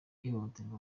ihohoterwa